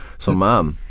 so mom,